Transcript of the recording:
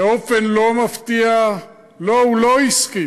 באופן לא מפתיע, לא, הוא לא הסכים.